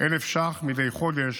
1,000 ש"ח מדי חודש